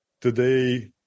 today